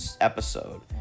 episode